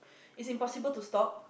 it's impossible to stop